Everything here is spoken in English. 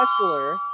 wrestler